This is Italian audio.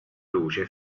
luce